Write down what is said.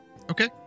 Okay